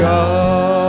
God